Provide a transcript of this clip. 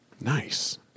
Nice